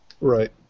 Right